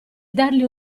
dargli